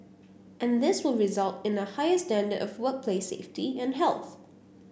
and this will result in a higher standard of workplace safety and health